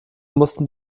mussten